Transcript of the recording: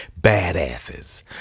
Badasses